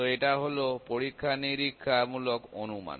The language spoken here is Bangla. তো এটা হল পরীক্ষা নিরীক্ষা মূলক অনুমান